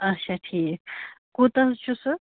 آچھا ٹھیٖک کوٗتاہ حظ چھِ سُہ